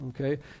Okay